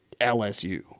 LSU